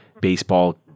Baseball